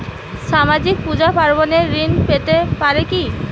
সামাজিক পূজা পার্বণে ঋণ পেতে পারে কি?